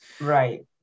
right